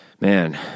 man